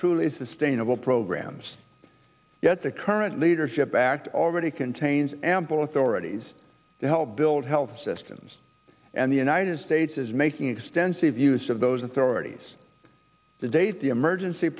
truly sustainable programs yet the current leadership act already contains ample authorities to help build health systems and the united states is making extensive use of those authorities to date the emergency